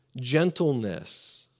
gentleness